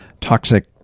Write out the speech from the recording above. toxic